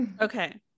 Okay